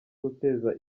guteza